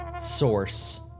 source